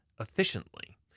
efficiently